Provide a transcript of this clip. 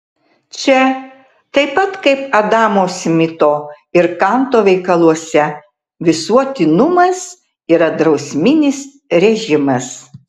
čia taip pat kaip adamo smito ir kanto veikaluose visuotinumas yra drausminis režimas